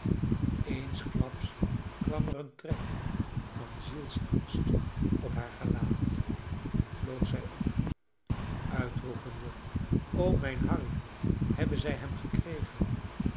eensklaps kwam er een trek van zielsangst op haar gelaat en vloog zij op uitroepende o mijn harry hebben zij hem gekregen